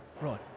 right